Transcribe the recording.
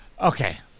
Okay